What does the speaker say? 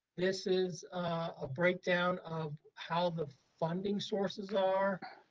this is a breakdown of how the funding sources are.